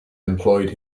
employed